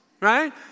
right